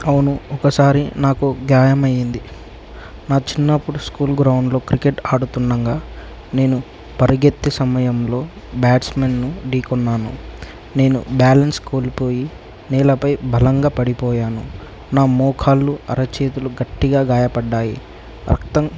అవును ఒకసారి నాకు గాయమయ్యింది నా చిన్నప్పుడు స్కూల్ గ్రౌండ్లో క్రికెట్ ఆడుతుండగా నేను పరిగెత్తి సమయంలో బ్యాట్స్మెన్ను ఢీకొన్నాను నేను బ్యాలన్స్ కోల్పోయి నేలపై బలంగా పడిపోయాను నా మోకాలు అరచేతులు గట్టిగా గాయపడ్డాయి రక్తం